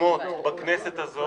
יוזמות בכנסת הזאת